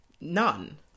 None